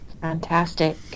Fantastic